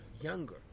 younger